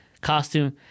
costume